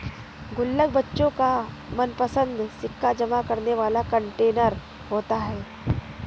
गुल्लक बच्चों का मनपंसद सिक्का जमा करने वाला कंटेनर होता है